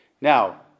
Now